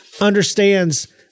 understands